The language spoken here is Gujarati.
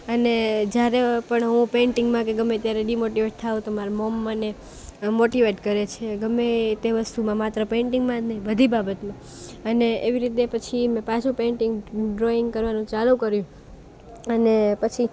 અને જ્યારે પણ હું પેન્ટિંગમાં કે ગમે ત્યારે ડીમોટીવેટ થઉં તો મારા મોમ મને મોટીવેટ કરે છે ગમે તે વસ્તુમાં માત્ર પેંટિંગમાં જ નહીં બધી બાબતમાં અને એવી રીતે પછી મેં પાછું પેંટિંગ ડ્રોઈંગ કરવાનું ચાલુ કર્યું અને પછી